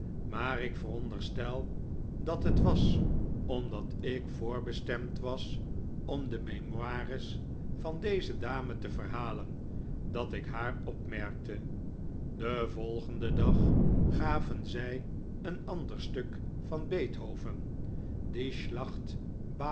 maar ik veronderstel dat het was omdat ik voorbestemd was om de memoires van deze dame te verhalen dat ik haar opmerkte den volgenden dag gaven zij een ander stuk van beethoven die schlacht